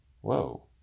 Whoa